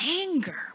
Anger